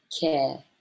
care